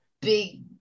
big